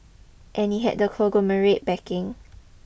and he had the conglomerate's backing